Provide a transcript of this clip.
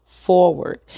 forward